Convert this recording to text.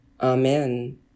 Amen